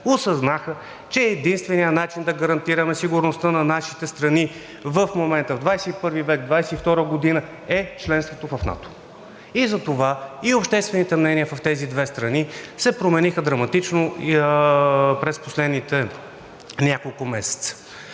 осъзнаха, че единственият начин да гарантираме сигурността на нашите страни в момента – 21 ви век, 2022 г., е членството в НАТО. И затова обществените отношения и обществените мнения в тези две страни се промениха драматично през последните няколко месеца.